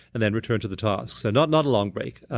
and then return to the task, so not not a long break,